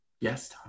Yes